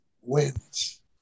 wins